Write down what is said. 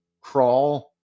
crawl